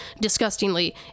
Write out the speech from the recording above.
disgustingly